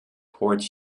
port